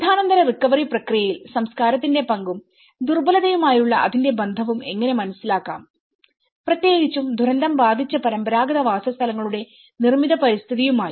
ദുരന്താനന്തര റിക്കവറി പ്രക്രിയയിൽ സംസ്കാരത്തിന്റെ പങ്കും ദുർബലതയുമായുള്ള അതിന്റെ ബന്ധവും എങ്ങനെ മനസ്സിലാക്കാം പ്രത്യേകിച്ചും ദുരന്തം ബാധിച്ച പരമ്പരാഗത വാസസ്ഥലങ്ങളുടെ നിർമ്മിത പരിസ്ഥിതിയുമായി